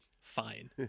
fine